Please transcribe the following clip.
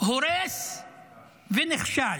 הורס ונכשל,